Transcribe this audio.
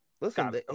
listen